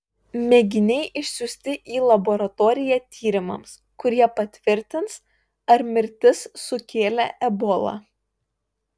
mėginiai išsiųsti į laboratoriją tyrimams kurie patvirtins ar mirtis sukėlė ebola